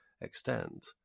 extent